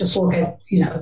just you know